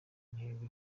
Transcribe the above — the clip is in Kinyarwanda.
intego